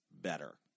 better